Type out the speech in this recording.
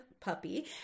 puppy